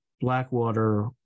Blackwater